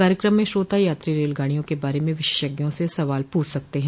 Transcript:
कार्यक्रम में श्रोता यात्री रेलगाडियों के बारे में विशेषज्ञों से सवाल पूछ सकते हैं